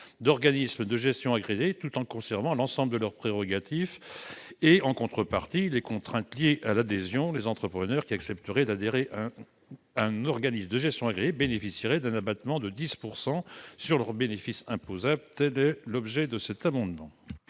d'organismes de gestion agréés tout en conservant à ces mêmes organismes l'ensemble de leurs prérogatives. En contrepartie des contraintes liées à l'adhésion, les entrepreneurs qui accepteraient d'adhérer à un organisme de gestion agréé bénéficieraient d'un abattement de 10 % sur leurs bénéfices imposables. Quel est l'avis de la commission